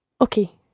Okay